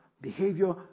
Behavior